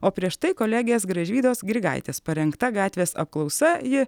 o prieš tai kolegės gražvydos grigaitės parengta gatvės apklausa ji